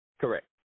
Correct